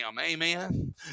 Amen